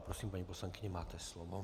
Prosím, paní poslankyně, máte slovo.